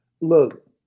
Look